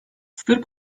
sırp